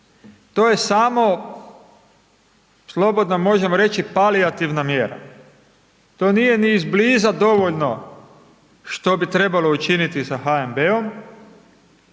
to je samo, slobodno možemo reći, palijativna mjera, to nije ni izbliza dovoljno što bi trebalo učiniti sa HNB-om,